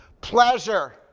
pleasure